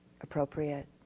appropriate